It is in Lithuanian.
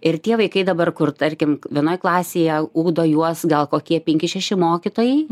ir tie vaikai dabar kur tarkim vienoj klasėje ugdo juos gal kokie penki šeši mokytojai